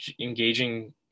engaging